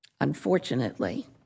Unfortunately